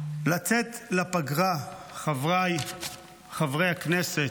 לצאת לפגרה, חבריי חברי הכנסת,